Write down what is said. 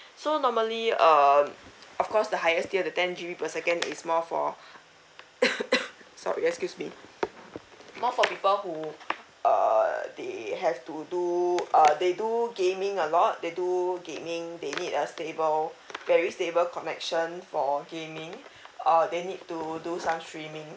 so normally err of course the highest tier the ten G_B per second is more for sorry excuse me more for people who err they have to do uh they do gaming a lot they do gaming they need a stable very stable connection for gaming uh they need to do some streaming